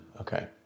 okay